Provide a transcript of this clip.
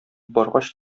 баргач